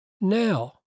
now